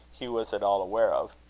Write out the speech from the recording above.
he was at all aware of.